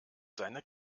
seine